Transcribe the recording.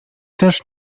też